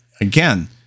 again